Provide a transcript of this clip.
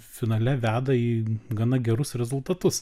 finale veda į gana gerus rezultatus